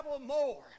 more